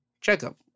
checkup